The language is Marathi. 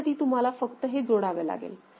त्यासाठी तुम्हाला फक्त हे जोडावे लागेल